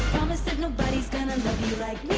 promised that nobody's gonna love you like